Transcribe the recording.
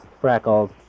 freckles